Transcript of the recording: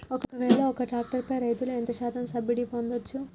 ఒక్కవేల ఒక్క ట్రాక్టర్ పై రైతులు ఎంత శాతం సబ్సిడీ పొందచ్చు?